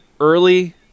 early